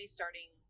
starting